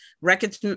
records